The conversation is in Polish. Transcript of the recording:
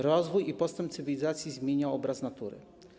Rozwój i postęp cywilizacji zmieniają obraz natury.